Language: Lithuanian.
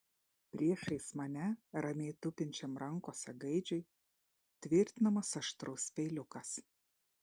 priešais mane ramiai tupinčiam rankose gaidžiui tvirtinamas aštrus peiliukas